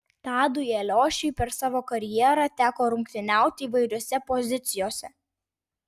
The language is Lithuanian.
tadui eliošiui per savo karjerą teko rungtyniauti įvairiose pozicijose